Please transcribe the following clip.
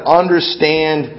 understand